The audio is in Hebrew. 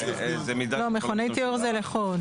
מכוני טיהור זה לחוד.